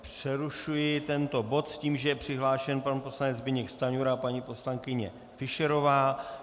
Přerušuji tento bod s tím, že je přihlášen pan poslanec Zbyněk Stanjura a paní poslankyně Fischerová.